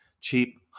cheap